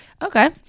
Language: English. Okay